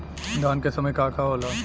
धान के समय का का होला?